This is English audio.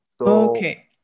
Okay